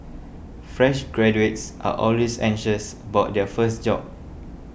fresh graduates are always anxious about their first job